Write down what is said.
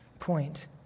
point